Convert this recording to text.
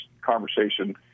conversation